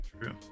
true